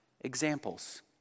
examples